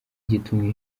gitumye